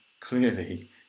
clearly